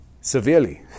severely